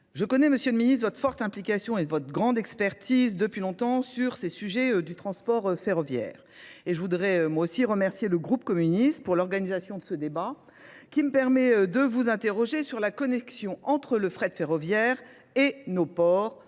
je connais, Monsieur le Ministre, votre forte implication et votre grande expertise depuis longtemps sur ces sujets du transport ferroviaire. Et je voudrais moi aussi remercier le groupe communiste pour l'organisation de ce débat qui me permet de vous interroger sur la connexion entre le fret ferroviaire et nos ports.